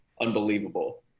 unbelievable